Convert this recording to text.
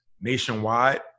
nationwide